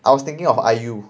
I was thinking of I_U